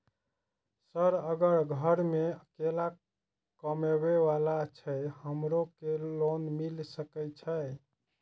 Sir अगर घर में अकेला कमबे वाला छे हमरो के लोन मिल सके छे?